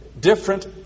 Different